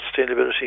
sustainability